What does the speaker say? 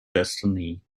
destiny